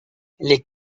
les